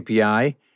API